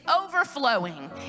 overflowing